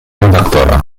redaktora